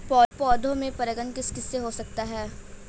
पौधों में परागण किस किससे हो सकता है?